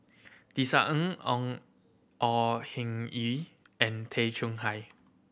Tisa Ng Ong Au Hing Yee and Tay Chong Hai